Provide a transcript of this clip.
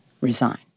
resign